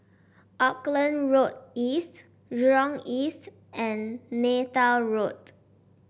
Auckland Road East Jurong East and Neythal Road